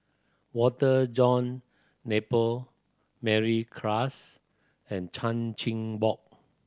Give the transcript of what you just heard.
Walter John Napier Mary Klass and Chan Chin Bock